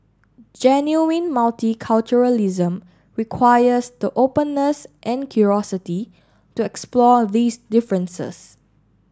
genuine multiculturalism requires the openness and curiosity to explore these differences